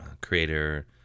creator